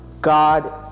God